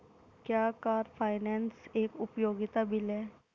क्या car finance एक उपयोगिता बिल है?